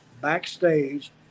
backstage